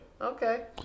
Okay